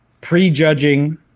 Prejudging